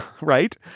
right